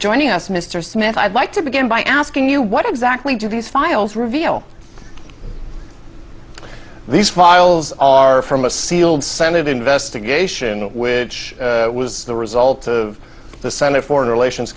joining us mr smith i'd like to begin by asking you what exactly do these files reveal these files are from a sealed senate investigation which was the result of the senate foreign relations